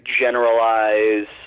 generalize